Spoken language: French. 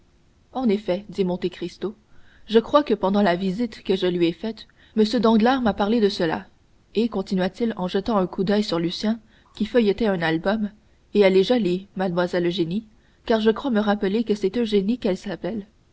en effet dit monte cristo je crois que pendant la visite que je lui ai faite m danglars m'a parlé de cela et continua-t-il en jetant un coup d'oeil sur lucien qui feuilletait un album et elle est jolie mlle eugénie car je crois me rappeler que c'est eugénie qu'elle s'appelle